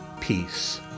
Peace